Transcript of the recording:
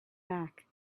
back